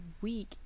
week